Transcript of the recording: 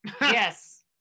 Yes